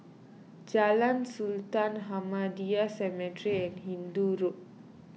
Jalan Sultan Ahmadiyya Cemetery and Hindoo Road